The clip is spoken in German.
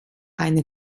eine